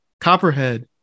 Copperhead